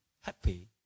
happy